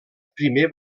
primer